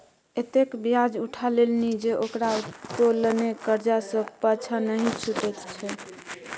एतेक ब्याज उठा लेलनि जे ओकरा उत्तोलने करजा सँ पाँछा नहि छुटैत छै